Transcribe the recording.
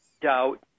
doubt